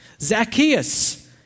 Zacchaeus